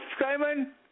Simon